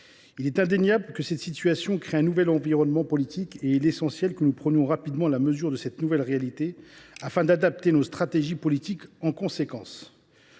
Il est indéniable que cette situation modifie l’environnement politique et il est essentiel que nous prenions rapidement la mesure de cette nouvelle réalité afin d’adapter nos stratégies politiques. Le retour de